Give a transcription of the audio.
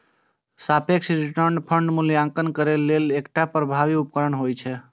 सापेक्ष रिटर्न फंडक मूल्यांकन करै लेल एकटा प्रभावी उपकरण होइ छै